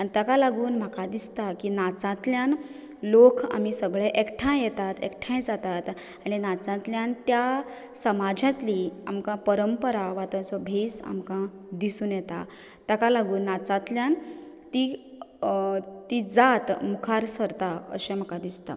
आनी ताका लागून म्हाका दिसता की नाचांतल्यान लोक आमी सगळे एकठांय येतात एकठांय जातात आनी नाचांतल्यान त्या समाजातली आमकां पंरपरा वा तांचो भेस आमकां दिसून येता ताका लागून नाचांतल्यान ती ती जात मुखार सरता अशें म्हाका दिसता